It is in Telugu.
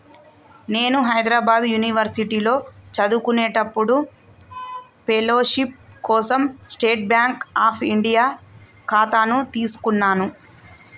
నేను హైద్రాబాద్ యునివర్సిటీలో చదువుకునేప్పుడు ఫెలోషిప్ కోసం స్టేట్ బాంక్ అఫ్ ఇండియా ఖాతాను తీసుకున్నాను